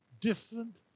different